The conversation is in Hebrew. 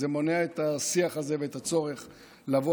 זה מונע את השיח הזה ואת הצורך לבוא